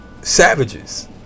savages